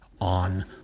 on